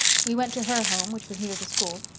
we went to her home, which was near the school,